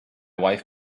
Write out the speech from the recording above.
wife